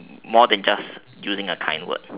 more than just using the kind word